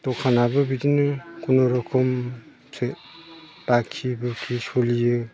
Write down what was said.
दखानाबो बिदिनो खुनुरुखुमसो बाखि बुखि सोलियो